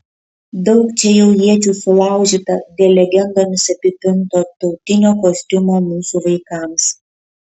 daug čia jau iečių sulaužyta dėl legendomis apipinto tautinio kostiumo mūsų vaikams